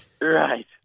Right